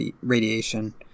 radiation